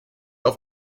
auf